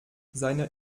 seine